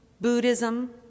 Buddhism